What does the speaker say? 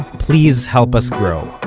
please help us grow.